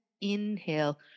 inhale